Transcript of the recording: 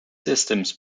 systems